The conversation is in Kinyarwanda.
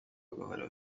ugahora